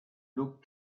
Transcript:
looked